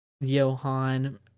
Johan